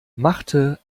machte